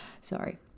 Sorry